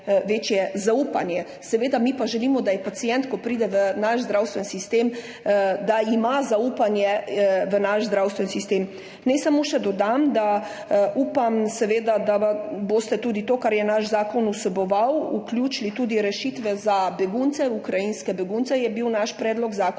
večje zaupanje. Mi pa seveda želimo, da pacient, ko pride v naš zdravstveni sistem, ima zaupanje v naš zdravstveni sistem. Naj samo še dodam, da upam, da boste tudi to, kar je naš zakon vseboval, vključili, tudi rešitve za begunce, ukrajinske begunce. Naš predlog zakona